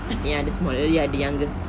ya the smallest ya the youngest